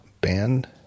band